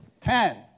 Ten